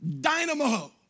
dynamo